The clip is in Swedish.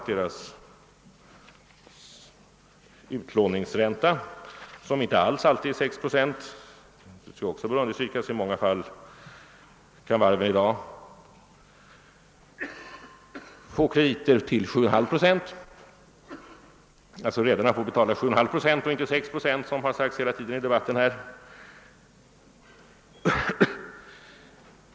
Deras utlåningsränta är inte alltid 6 procent — det bör understrykas att varven i dag i många fall lämnar krediter till 7,5 procent och inte 6 procent, som det hela tiden sagts i debatten här.